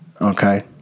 Okay